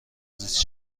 زیست